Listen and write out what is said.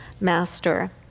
master